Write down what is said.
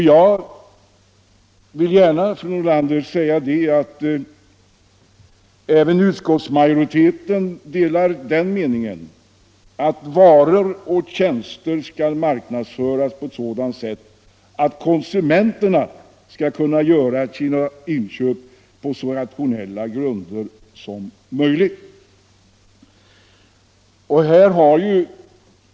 Jag vill säga till fru Nordlander att även utskottsmajoriteten delar den meningen att varor och tjänster skall marknadsföras på ett sådant sätt, att konsumenterna skall kunna göra sina inköp på så rationella grunder som möjligt.